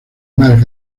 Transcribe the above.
más